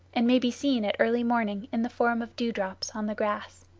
and may be seen at early morning in the form of dew-drops on the grass.